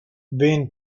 been